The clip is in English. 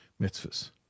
mitzvahs